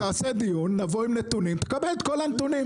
תעשה דיון, נבוא עם נתונים ותקבל את כל הנתונים.